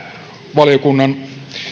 valiokunnan